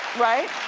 right?